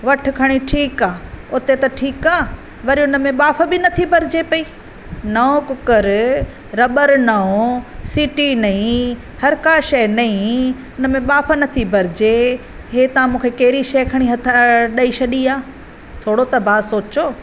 वठि खणी ठीकु आहे हुते त ठीकु आ वरी हुन में बाफ़ बि नथी भरिजे पई नओ कुकर रबर नओ सीटी नई हर का शइ नई हुनमें बाफ़ नथी बरिजे हीअ थी मूंखे कहिड़ी शइ खणी हथ ॾेई छॾी आहे थोरो थो भाउ सोचो